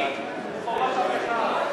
(הוראת שעה),